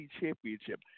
championship